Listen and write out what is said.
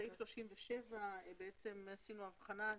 בסעיף 37 עשינו הבחנה.